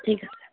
ঠিক আছে